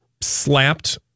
slapped